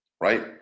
right